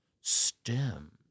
STEM